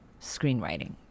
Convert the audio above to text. screenwriting